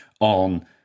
on